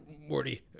Morty